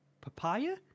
papaya